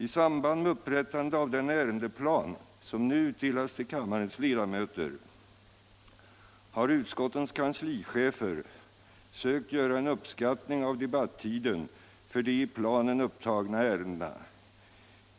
I samband med upprättandet av den ärendeplan, som nu utdelats till kammarens ledamöter, har utskottens kanslichefer sökt göra en uppskattning av debattiden för de i planen upptagna ärendena.